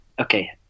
okay